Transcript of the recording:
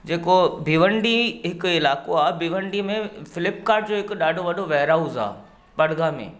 जेको भिवंडी हिकु इलाइको आहे भिवंडीअ में फ्लिपकाट जो हिकु ॾाढो वॾो वेअरहाउस आ भडगा में